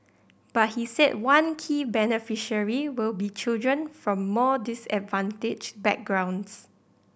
but he said one key beneficiary will be children from more disadvantaged backgrounds